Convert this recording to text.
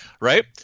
Right